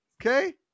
Okay